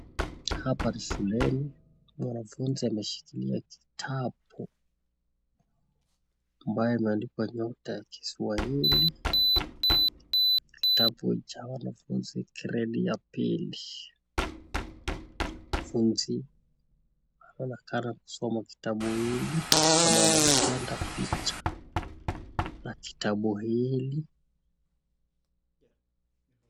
Hapa ni shuleni. Mwanafunzi ameshikilia kitabu ambaye imeandikwa nyota ya kiswahili. Kitabu cha wanafunzi gredi ya pili. Wanafunzi wanaonekana kusoma kitabu ili ama wanaipenda picha la kitabu hili.